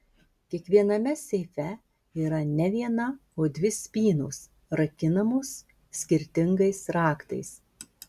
kiekviename seife yra ne viena o dvi spynos rakinamos skirtingais raktais